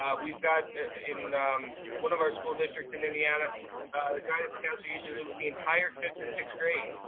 um we've got in one of our school districts in indiana, the guidance counselor uses it with the entire fifth and sixth grade,